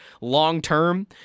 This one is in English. long-term